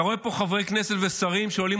אתה רואה פה חברי כנסת ושרים שעולים